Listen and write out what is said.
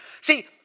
See